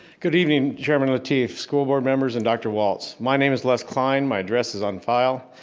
good evening, chairman lateef, school board members and dr. walts my name is les cline, my address is on file.